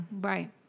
Right